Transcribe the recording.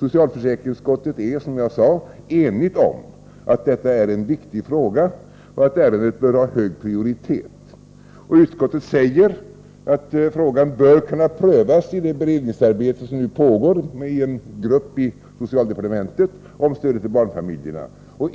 Socialförsäkringsutskottet är, som jag sade, enigt om att detta är en viktig fråga och att ärendet bör ha hög prioritet. Utskottet säger att frågan bör kunna prövas i det beredningsarbete som nu pågår i en grupp i socialdepartementet som arbetar med stödet till barnfamiljerna.